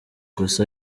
gusa